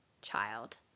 child